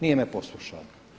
Nije me poslušao.